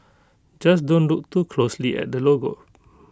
just don't look too closely at the logo